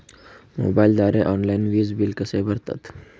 मोबाईलद्वारे ऑनलाईन वीज बिल कसे भरतात?